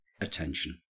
attention